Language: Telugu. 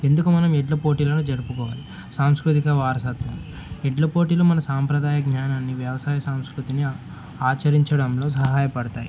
ఎందుకు మనం ఎడ్ల పోటీలను జరుపుకోవాలి సాంస్కృతిక వారసత్వం ఎడ్ల పోటీలు మన సాంప్రదాయ జ్ఞానాన్ని వ్యవసాయ సంస్కృతిని ఆచరించడంలో సహాయపడతాయి